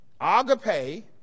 Agape